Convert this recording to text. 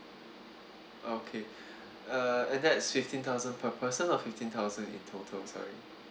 okay uh that's fifteen thousand per person or fifteen thousand in total sorry